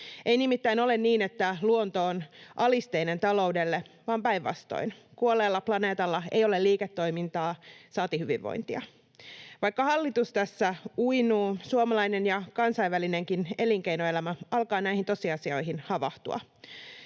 Ei nimittäin ole niin, että luonto on alisteinen taloudelle vaan päinvastoin: kuolleella planeetalla ei ole liiketoimintaa saati hyvinvointia. Vaikka hallitus tässä uinuu, suomalainen ja kansainvälinenkin elinkeinoelämä alkaa näihin tosiasioihin havahtua.